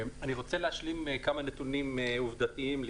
אני רוצה להשלים כמה נתונים עובדתיים.